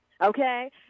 Okay